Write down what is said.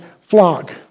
flock